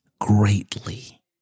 greatly